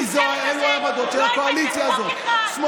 כי אלה העמדות של הקואליציה הזאת.